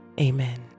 Amen